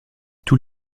tous